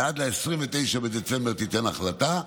ועד ל-29 בדצמבר תיתן החלטה.